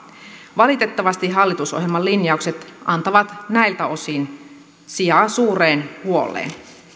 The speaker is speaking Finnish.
valitettavasti hallitusohjelman linjaukset antavat näiltä osin sijaa suureen huoleen